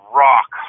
rock